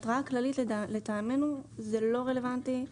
התראה כללית לטעמנו זה לא רלוונטי,